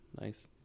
nice